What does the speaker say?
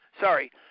Sorry